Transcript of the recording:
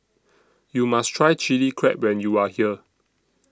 YOU must Try Chilli Crab when YOU Are here